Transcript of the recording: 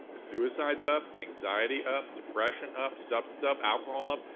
suicides up, anxiety up, depression up, substance up, alcohol, up,